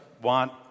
want